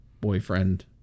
boyfriend